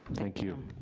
thank you.